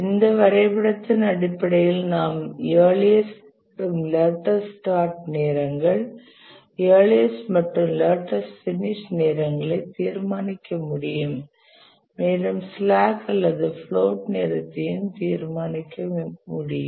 இந்த வரைபடத்தின் அடிப்படையில் நாம் இயர்லியஸ்ட் மற்றும் லேட்டஸ்ட் ஸ்டார்ட் நேரங்கள் இயர்லியஸ்ட் மற்றும் லேட்டஸ்ட் பினிஷ் நேரங்களை தீர்மானிக்க முடியும் மேலும் ஸ்லாக் அல்லது பிளோட் நேரத்தையும் தீர்மானிக்க முடியும்